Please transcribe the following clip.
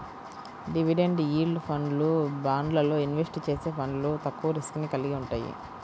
dividend yield ఫండ్లు, బాండ్లల్లో invest చేసే ఫండ్లు తక్కువ రిస్క్ ని కలిగి వుంటయ్యి